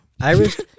Irish